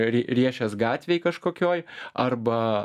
rie riešės gatvėj kažkokioj arba